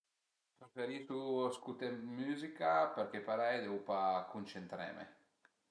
Preferisu scuté d'müzica perché parei devu pa cuncentreme